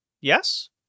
Yes